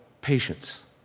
patience